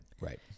right